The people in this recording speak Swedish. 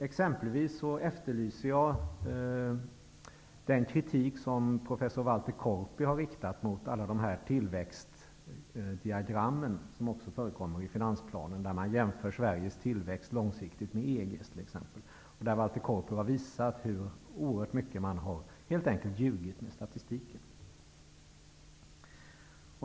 Exempelvis efterlyser jag den kritik som professor Walter Korpi har riktat mot alla olika tillväxtdiagram som också förekommer i finansplanen, där man jämför tillväxten i Sverige långsiktigt med t.ex. EG:s. Walter Korpi har visat hur mycket man helt enkelt har ljugit med statistiken.